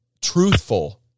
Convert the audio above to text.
truthful